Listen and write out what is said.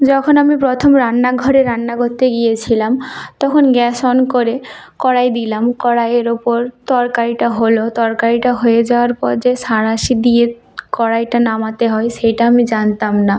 যখন আমি প্রথম রান্নাঘরে রান্না করতে গিয়েছিলাম তখন গ্যাস অন করে কড়াই দিলাম কড়াইয়ের উপর তরকারিটা হল তরকারিটা হয়ে যাওয়ার পর যে সাঁড়াশি দিয়ে কড়াইটা নামাতে হয় সেইটা আমি জানতাম না